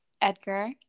Edgar